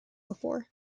before